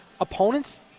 opponents